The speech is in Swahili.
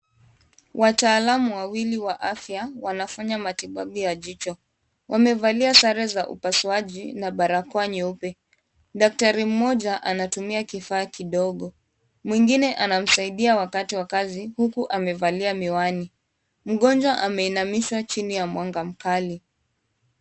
Wataalam wawili wa afya wanafanya matibabu ya jicho. Wamevalia sare za upasuaji na barakoa nyeupe. Daktari mmoja anatumia kifaa kidogo. Mwingine anamsaidia wakati wa kazi, huku amevalia miwani. Mgonjwa ameinamishwa chini ya mwanga mkali.